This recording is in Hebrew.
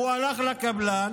הוא הלך לקבלן